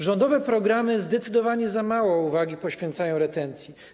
Rządowe programy zdecydowanie za mało uwagi poświęcają retencji.